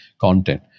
content